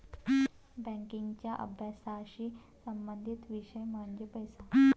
बँकिंगच्या अभ्यासाशी संबंधित विषय म्हणजे पैसा